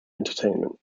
entertainment